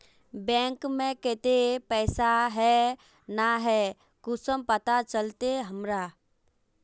Bank में केते पैसा है ना है कुंसम पता चलते हमरा?